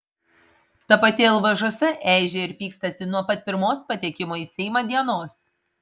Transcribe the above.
ta pati lvžs eižėja ir pykstasi nuo pat pirmos patekimo į seimą dienos